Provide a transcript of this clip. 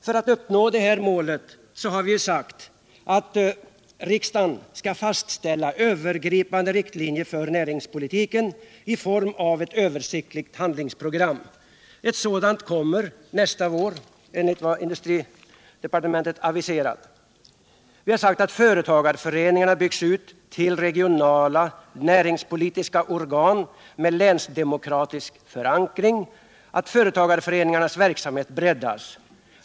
För att uppnå detta mål har vi sagt att riksdagen skall fastställa övergripande riktlinjer för näringspolitiken i form av ett översiktligt handlingsprogram. Ett sådant program kommer nästa vår enligt vad industridepartementet har aviserat. Vi har vidare sagt att företagarföreningarna skall byggas ut till regionala näringspolitiska organ med länsdemokratisk förankring och att företagarföreningarnas verksamhet skall breddas.